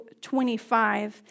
25